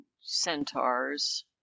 centaurs